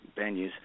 venues